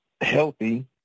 healthy